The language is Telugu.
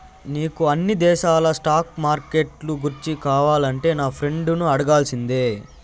నీకు అన్ని దేశాల స్టాక్ మార్కెట్లు గూర్చి కావాలంటే నా ఫ్రెండును అడగాల్సిందే